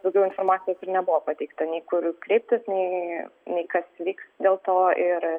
daugiau informacijos ir nebuvo pateikta nei kur kreiptis nei nei kas vyks dėl to ir